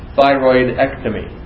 Thyroidectomy